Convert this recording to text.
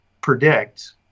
predict